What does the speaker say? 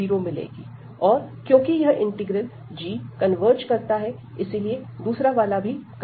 और क्योंकि यह इंटीग्रल g कन्वर्ज करता है इसीलिए दूसरा वाला भी कन्वर्ज करेगा